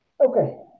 okay